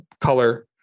color